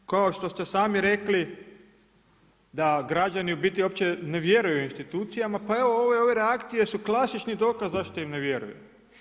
I kao što ste sami rekli da građani u biti uopće ne vjeruju institucijama, pa evo ove reakcije su klasični dokaz zašto im ne vjeruju.